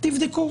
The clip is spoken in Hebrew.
תבדקו.